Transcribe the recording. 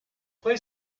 play